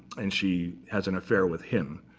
and she has an affair with him.